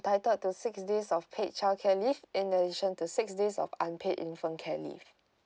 entitled to six days of paid childcare leave in addition to six days of unpaid infant care leave